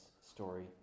story